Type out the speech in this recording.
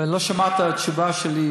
לא שמעת את התשובה שלי,